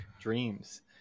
dreams